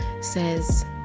says